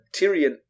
Tyrion